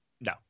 no